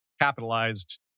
capitalized